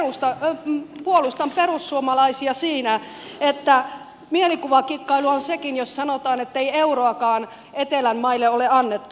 ja puolustan perussuomalaisia siinä että mielikuvakikkailua on sekin jos sanotaan ettei euroakaan etelän maille ole annettu